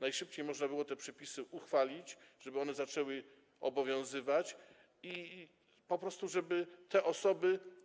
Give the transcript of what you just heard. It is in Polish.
najszybciej można było te przepisy uchwalić, żeby one zaczęły obowiązywać i po prostu żeby te osoby.